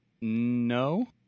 No